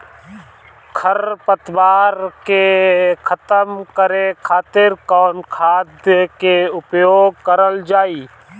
खर पतवार के खतम करे खातिर कवन खाद के उपयोग करल जाई?